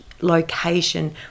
location